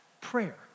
prayer